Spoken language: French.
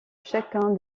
chacun